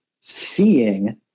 seeing